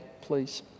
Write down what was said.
please